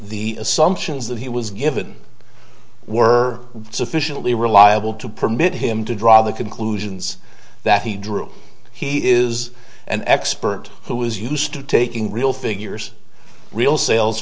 the assumptions that he was given were sufficiently reliable to permit him to draw the conclusions that he drew he is an expert who is used to taking real figures real sales